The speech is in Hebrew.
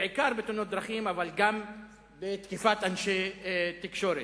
בעיקר בתאונות דרכים, אבל גם בתקיפת אנשי תקשורת.